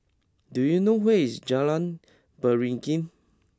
do you know where is Jalan Beringin